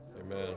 Amen